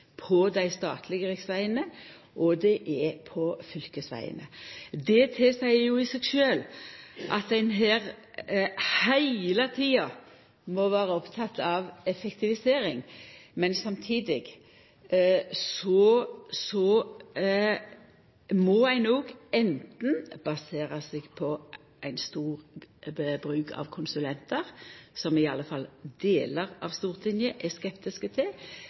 jo sjølv at ein her heile tida må vera oppteken av effektivisering. Men samtidig må ein òg anten basera seg på ein stor bruk av konsulentar – som i alle fall delar av Stortinget er skeptiske til